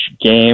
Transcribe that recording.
game